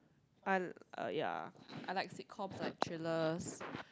I uh ya I like sitcoms I like thrillers